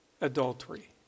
Adultery